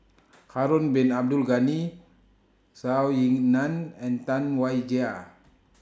Harun Bin Abdul Ghani Zhou Ying NAN and Tam Wai Jia